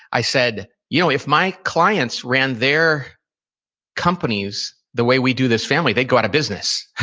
i said, you know, if my clients ran their companies the way we do this family, they'd go out of business.